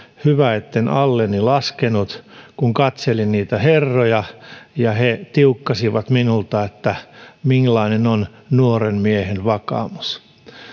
hyvä etten alleni laskenut kun katselin niitä herroja ja he tiukkasivat minulta että millainen on nuoren miehen vakaumus